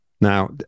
Now